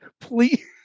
Please